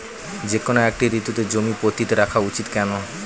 যেকোনো একটি ঋতুতে জমি পতিত রাখা উচিৎ কেন?